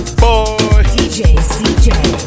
boy